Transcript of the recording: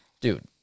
dude